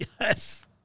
Yes